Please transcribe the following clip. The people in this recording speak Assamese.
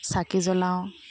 চাকি জ্বলাওঁ